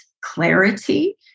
clarity